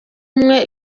umwe